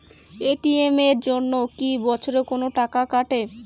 ATM এর জন্যে কি বছরে কোনো টাকা কাটে?